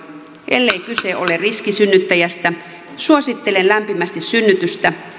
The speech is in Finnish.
ellei kyse ole riskisynnyttäjästä suosittelen lämpimästi synnytystä